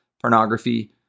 pornography